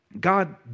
God